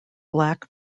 black